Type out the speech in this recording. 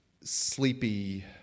sleepy